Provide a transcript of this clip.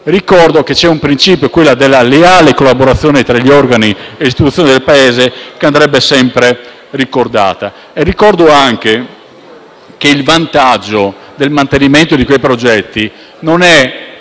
Ricordo che esiste il principio della leale collaborazione tra gli organi e le istituzioni del Paese che andrebbe sempre tenuto a mente. Ricordo anche che il vantaggio del mantenimento di quei progetti non è